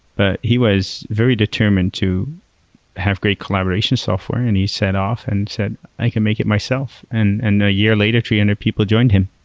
but he was very determined to have great collaboration software and he set off and said, i can make it myself, and and a year later three hundred people joined him.